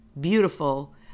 beautiful